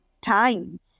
time